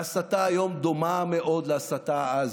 ההסתה היום דומה מאוד להסתה אז,